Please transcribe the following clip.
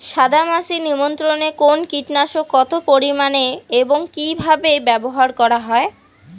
সাদামাছি নিয়ন্ত্রণে কোন কীটনাশক কত পরিমাণে এবং কীভাবে ব্যবহার করা হয়?